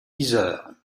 yzeure